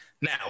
Now